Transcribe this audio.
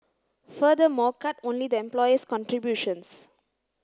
furthermore cut only the employer's contributions